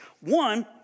One